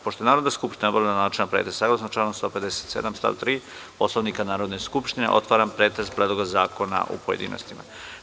Pošto je Narodna skupština obavila načelni pretres, saglasno članu 157. stav 3. Poslovnika Narodne skupštine, otvaram pretres Predloga zakona u pojedinostima.